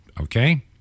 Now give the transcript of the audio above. okay